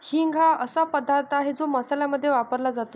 हिंग हा असा पदार्थ आहे जो मसाल्यांमध्ये वापरला जातो